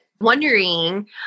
Wondering